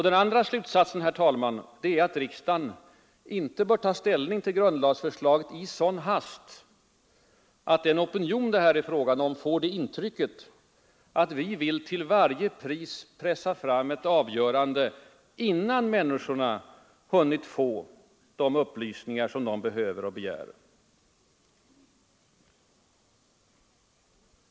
Den andra slutsatsen, herr talman, är att riksdagen inte bör ta ställning till grundlagsförslaget i sådan hast, att den opinion det här är fråga om får det intrycket att vi till varje pris vill pressa fram ett avgörande innan människorna hunnit få de upplysningar de behöver och begär.